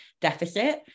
deficit